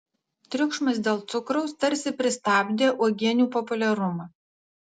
triukšmas dėl cukraus tarsi pristabdė uogienių populiarumą